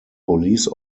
police